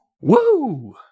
Woo